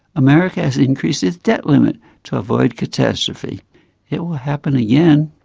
america has increased its debt limit to avoid catastrophe it will happen again.